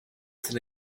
sind